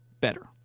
better